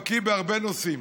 הבקי בהרבה נושאים.